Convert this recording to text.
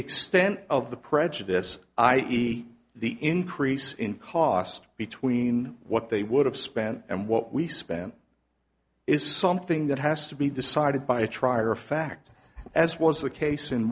extent of the prejudice i eat the increase in cost between what they would have spent and what we spent is something that has to be decided by a trier of fact as was the case in